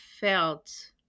felt